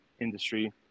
industry